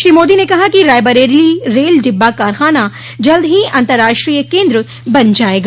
श्री मोदी ने कहा कि रायबरेली रेल डिब्बा कारखाना जल्द ही अंतर्राष्ट्रीय केन्द्र बन जायेगा